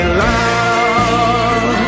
love